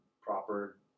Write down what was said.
proper